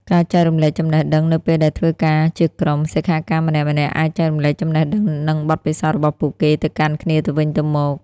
ការចែករំលែកចំណេះដឹង នៅពេលដែលធ្វើការជាក្រុម សិក្ខាកាមម្នាក់ៗអាចចែករំលែកចំណេះដឹង និងបទពិសោធន៍របស់ពួកគេទៅកាន់គ្នាទៅវិញទៅមក។